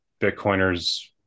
Bitcoiners